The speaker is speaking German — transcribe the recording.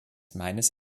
meines